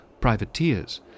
privateers